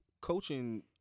coaching